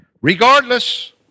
regardless